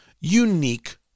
unique